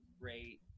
great